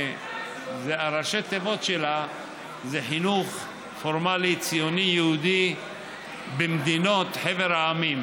שראשי התיבות שלה הם חינוך פורמלי ציוני יהודי במדינות חבר העמים.